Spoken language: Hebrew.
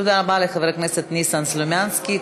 תודה רבה לחבר הכנסת ניסן סלומינסקי.